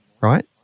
right